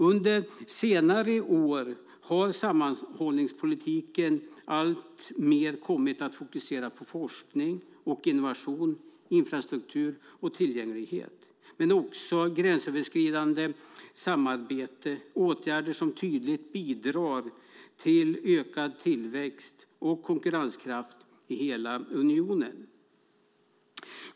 Under senare år har sammanhållningspolitiken alltmer kommit att fokusera på forskning och innovation, infrastruktur och tillgänglighet men också gränsöverskridande samarbete - åtgärder som tydligt bidrar till ökad tillväxt och konkurrenskraft i hela unionen.